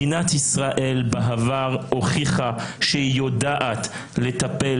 מדינת ישראל בעבר הוכיחה שהיא יודעת לטפל